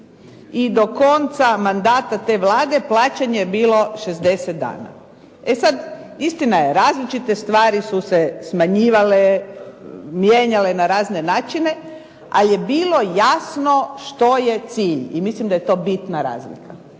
I do konca mandata te Vlade plaćanje je bilo 60 dana. E sada, istina je različite stvari su se smanjivale, mijenjale na različite načine, ali je bilo jasno što je cilj. I mislim da je to bitna razlika.